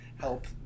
help